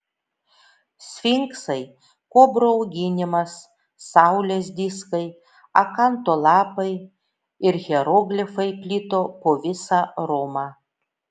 sfinksai kobrų auginimas saulės diskai akanto lapai ir hieroglifai plito po visą romą